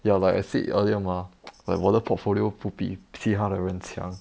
ya like I said earlier mah like 我的 portfolio 不比其他的人强